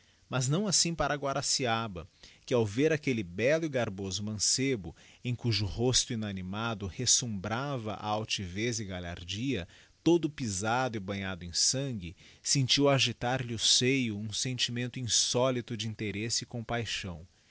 mas não assim para guanaciaba que ao ver aquelle bello e garboso mancebo em cujo rosto inanimado resumbrava a altivez e galhardia todo pisado e banhado em sangue sentiu agitarlhe o seio um sentimento insólito de interesse e compaixão